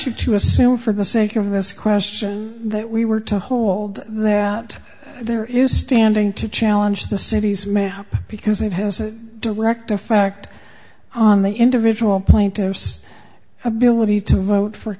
you to assume for the sake of this question that we were to hold that there is standing to challenge the city's mayor because it has a direct effect on the individual plaintiffs ability to vote for